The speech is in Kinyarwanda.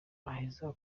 aheza